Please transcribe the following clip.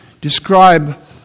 describe